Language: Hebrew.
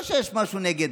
לא שיש משהו נגד,